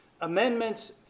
Amendments